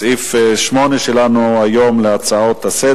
אם כך, אני קובע כי הצעת חוק הספורט (תיקון